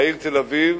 והעיר תל-אביב,